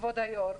כבוד היו"ר,